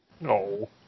No